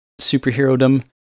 superhero-dom